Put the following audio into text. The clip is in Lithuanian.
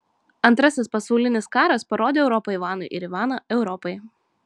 antrasis pasaulinis karas parodė europą ivanui ir ivaną europai